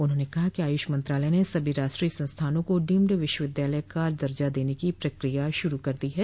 उन्होंने कहा कि आयुष मंत्रालय ने सभी राष्ट्रीय संस्थानों को डीम्ड विश्वविद्यालय का दर्जा देने की प्रक्रिया शुरू कर दी है